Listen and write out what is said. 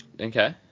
Okay